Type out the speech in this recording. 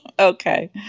okay